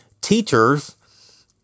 teachers